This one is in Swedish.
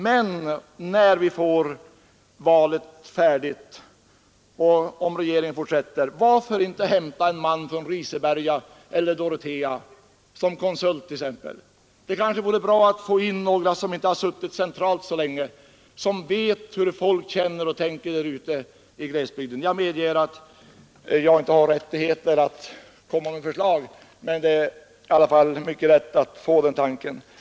Men när valet är över och om regeringen fortsätter, varför inte hämta en man från Riseberga eller Dorotea som konsult exempelvis? Det kanske vore bra att få in någon som inte har suttit så länge i central ställning, som vet hur folk känner och tänker där ute i glesbygderna. Jag är medveten om att jag inte har rättighet att komma med något förslag, men det är i alla fall mycket lätt att komma på den tanken.